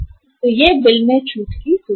तो यह बिलो में छूट की सुविधा है